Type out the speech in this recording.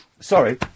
sorry